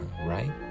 Right